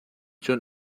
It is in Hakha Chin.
cun